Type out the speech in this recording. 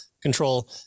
control